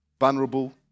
vulnerable